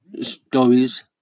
stories